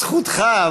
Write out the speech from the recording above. זכותך,